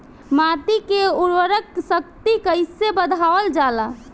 माटी के उर्वता शक्ति कइसे बढ़ावल जाला?